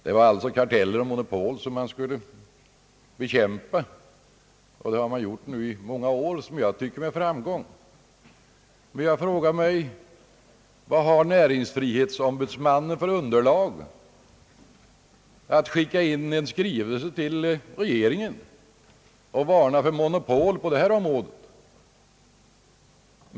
Det var alltså karteller och monopol som man skulle bekämpa, och det har man gjort nu i många år — som jag tycker med framgång. Men jag frågar: Vad har näringsfrihetsombudsmannen för underlag att skicka in en skrivelse till regeringen och varna för monopol på det här området?